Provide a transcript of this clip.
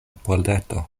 pordeto